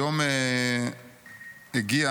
היום הגיע